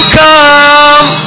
come